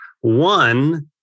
One